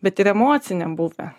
bet ir emociniam buve